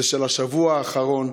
זה מהשבוע האחרון.